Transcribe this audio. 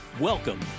Welcome